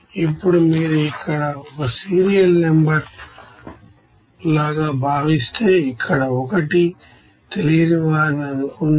ఇప్పుడు మీరు ఇక్కడ ఒక సీరియల్ నంబర్ లాగా భావిస్తే ఇక్కడ 1 తెలియనివారిని అనుకుందాం